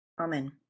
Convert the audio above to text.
Amen